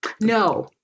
No